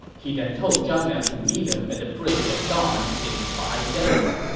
he then told zhang liang to meet him at the bridge at dawn in five days.